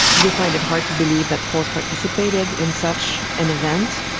they find it hard to believe that poles participated in such an event,